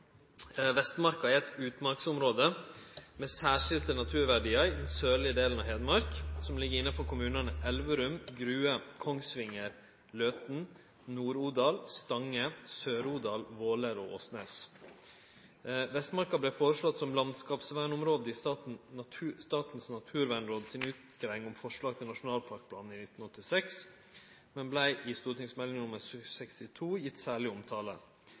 Vestmarka er eit utmarksområde med særskilde naturverdiar i den sørlege delen av Hedmark og ligg innanfor kommunane Elverum, Grue, Kongsvinger, Løten, Nord-Odal, Stange, Sør-Odal, Våler og Åsnes. Vestmarka vart føreslått som landskapsvernområde i Statens naturvernråd si utgreiing om forslag til nasjonalparkplan i 1986, men vart i St.meld. 62 for 1991–1992 gitt særleg omtale.